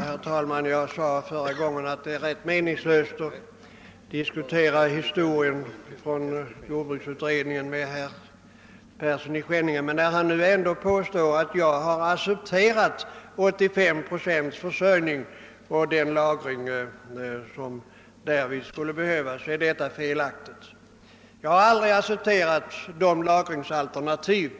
Herr talman! Jag sade förra gången att det är rätt meningslöst att med herr Persson i Skänninge diskutera vad som förekom inom jordbruksutredningen, men med anledning av att han ändå påstår, att jag har accepterat 85 procents försörjning och den lagring som därvid skulle behövas, vill jag betona att detta är felaktigt. Jag har aldrig accepterat de lagringsalternativ